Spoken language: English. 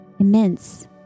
immense